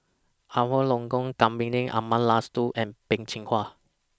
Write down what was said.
Abraham Logan Kavignareru Amallathasan and Peh Chin Hua